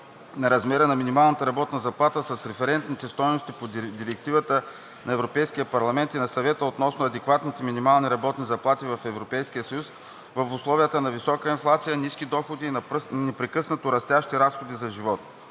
на размера на минималната работна заплата с референтните стойности по Директивата на Европейския парламент и на Съвета относно адекватните минимални работни заплати в Европейския съюз в условията на висока инфлация, ниски доходи и непрекъснато растящи разходи на живот.